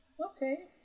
Okay